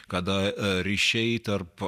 kada ryšiai tarp